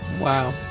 wow